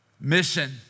mission